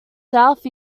south